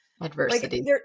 adversity